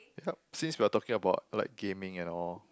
yup since we are talking about like gaming and all